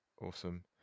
awesome